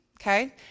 Okay